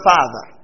Father